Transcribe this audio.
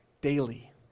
Daily